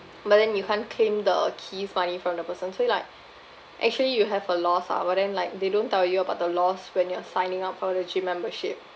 but then you can't claim the keys money from the person so you like actually you have a loss ah but then like they don't tell you about the loss when you're signing up for the gym membership